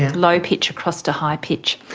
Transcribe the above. low pitch across to high pitch.